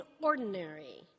ordinary